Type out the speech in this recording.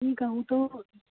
ठीकु आहे उहो थोरो